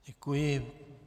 Děkuji.